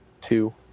Two